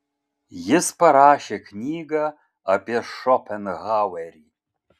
jis parašė knygą apie šopenhauerį